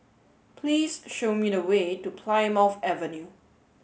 please show me the way to Plymouth Avenue